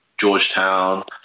Georgetown